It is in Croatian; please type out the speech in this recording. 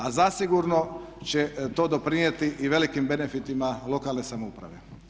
A zasigurno će to doprinijeti i velikim benefitima lokalne samouprave.